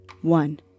one